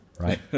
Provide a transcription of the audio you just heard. Right